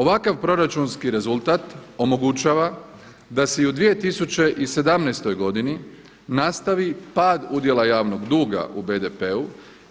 Ovakav proračunski rezultat omogućava da se i u 2017. godini nastavi pad udjela javnog duga u BDP-u